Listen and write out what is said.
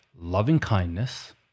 loving-kindness